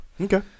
Okay